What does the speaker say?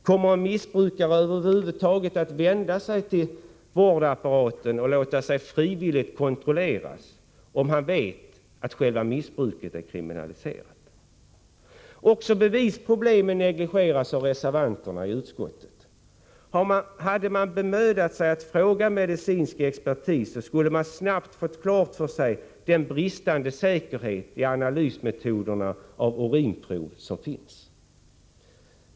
Kommer en missbrukare över huvud taget att våga vända sig till vårdapparaten och låta sig frivilligt kontrolleras, om han vet att hans missbruk är kriminaliserat? Också bevisproblemen negligeras av reservanterna. Hade man bemödat sig att fråga medicinsk expertis, skulle man snart fått klart för sig den brist på säkerhet som finns i analysmetoderna vid urinprov.